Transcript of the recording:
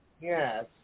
yes